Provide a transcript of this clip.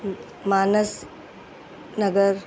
Manas Nagar